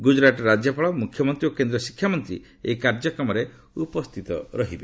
ଗୁଜୁରାଟର ରାଜ୍ୟପାଳ ମୁଖ୍ୟମନ୍ତ୍ରୀ ଓ କେନ୍ଦ୍ର ଶିକ୍ଷାମନ୍ତ୍ରୀ ଏହି କାର୍ଯ୍ୟକ୍ରମରେ ଉପସ୍ଥିତ ରହିବେ